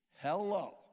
Hello